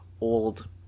old